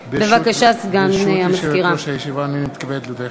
החוק עברה בקריאה ראשונה ותועבר לוועדת